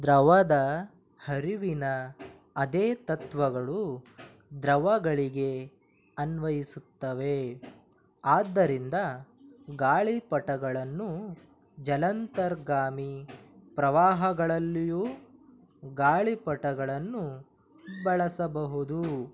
ದ್ರವದ ಹರಿವಿನ ಅದೇ ತತ್ವಗಳು ದ್ರವಗಳಿಗೆ ಅನ್ವಯಿಸುತ್ತವೆ ಆದ್ದರಿಂದ ಗಾಳಿಪಟಗಳನ್ನು ಜಲಾಂತರ್ಗಾಮಿ ಪ್ರವಾಹಗಳಲ್ಲಿಯೂ ಗಾಳಿಪಟಗಳನ್ನು ಬಳಸಬಹುದು